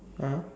ah